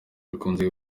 bikunze